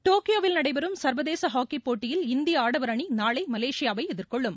டோக்கியோவில் நடைபெறும் சர்வதேச ஹாக்கி போட்டியில் இந்திய ஆடவர் அணி நாளை மலேசியாவை எதிர்கொள்ளும்